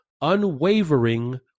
unwavering